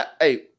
Hey